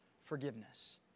forgiveness